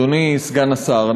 אדוני סגן השר,